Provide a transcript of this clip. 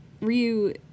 Ryu